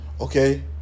Okay